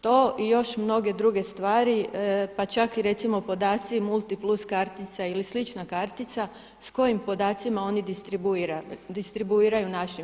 To i još mnoge druge stvari pa čak i recimo podaci Multiplus kartica ili slična kartica sa kojim podacima oni distribuiraju našim.